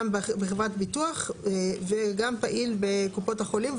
בחברת ביטוח וגם פעיל בקופות החולים,